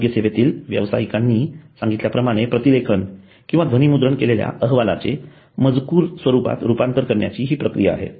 आरोग्य सेवेतील व्यावसायिकांनी सांगितल्याप्रमाणे प्रतिलेखन किंवा ध्वनीमुद्रण केलेल्या अहवालाचे मजकूर स्वरूपात रूपांतर करण्याची हि प्रक्रिया आहे